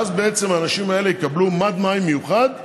אז האנשים האלה יקבלו מד מים מיוחד,